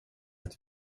ett